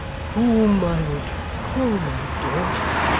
whom i would call my daughter,